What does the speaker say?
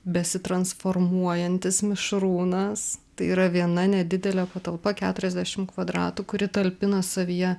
besitransformuojantis mišrūnas tai yra viena nedidelė patalpa keturiasdešim kvadratų kuri talpina savyje